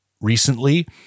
recently